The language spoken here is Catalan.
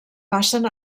passen